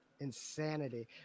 Insanity